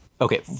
okay